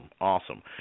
awesome